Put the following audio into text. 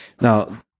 Now